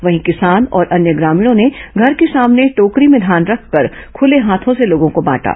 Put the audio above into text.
वहीं किसान और अन्य ग्रामीणों ने घर के सामने टोकरी में धान रखकर खुले हाथों से लोगों को बांटा